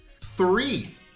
Three